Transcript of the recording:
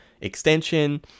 extension